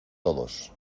todos